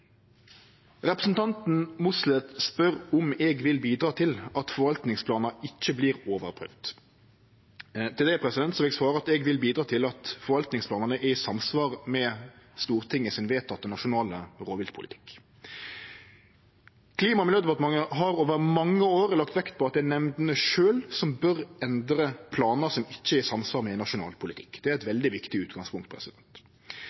Representanten Mossleth spør om eg vil bidra til at forvaltningsplanar ikkje vert overprøvde. Til det vil eg svare at eg vil bidra til at forvaltningsplanane er i samsvar med Stortingets vedtekne nasjonale rovviltpolitikk. Klima- og miljødepartementet har over mange år lagt vekt på at det er nemndene sjølve som bør endre planar som ikkje er i samsvar med nasjonal politikk. Det er eit